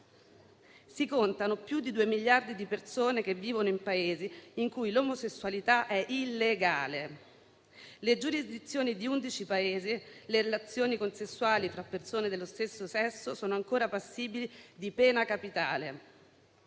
Si contano più di 2 miliardi di persone che vivono in Paesi in cui l'omosessualità è illegale. Per le giurisdizioni di 11 Paesi le relazioni consensuali tra persone dello stesso sesso sono ancora passibili di pena capitale.